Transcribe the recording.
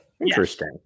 Interesting